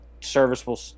serviceable